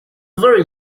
very